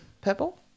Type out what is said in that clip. purple